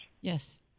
Yes